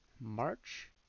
March